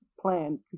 plan